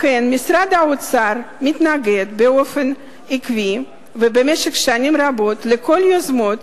לכן משרד האוצר מתנגד באופן עקבי ובמשך שנים רבות לכל היוזמות